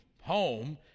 home